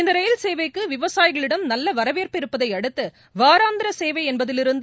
இந்த ரயில் சேவைக்கு விவசாயிகளிடம் நல்ல வரவேற்பு இருப்பதை அடுத்து வாராந்திர சேவை என்பதிலிருந்து